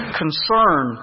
concern